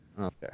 Okay